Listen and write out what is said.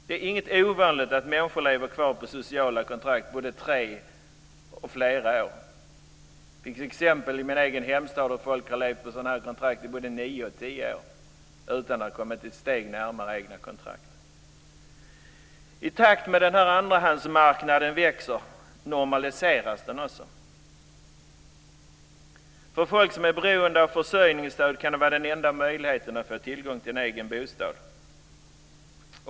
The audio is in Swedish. Det är inget ovanligt att människor lever kvar på sociala kontrakt både tre och flera år. Det finns exempel i min egen hemstad på folk som har levt på sådana här kontrakt i både nio och tio år utan att ha kommit ett steg närmare egna kontrakt. I takt med att andrahandsmarknaden växer normaliseras den. För folk som är beroende av försörjningsstöd kan det vara den enda möjligheten att få tillgång till egen bostad.